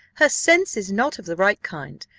her sense is not of the right kind.